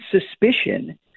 suspicion